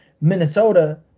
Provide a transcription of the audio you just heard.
Minnesota